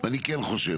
אני כן חושב,